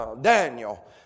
Daniel